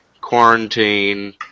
Quarantine